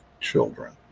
children